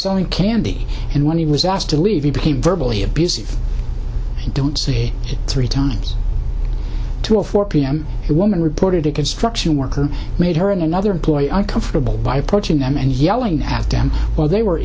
selling candy and when he was asked to leave he became verbally abusive i don't see three times to a four p m woman reported a construction worker made her in another employee uncomfortable by approaching them and yelling at them while they were